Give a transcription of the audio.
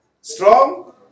Strong